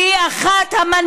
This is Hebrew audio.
שהיא אחת המנהיגות